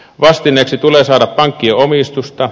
vastineeksi tulee saada pankkien omistusta